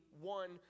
one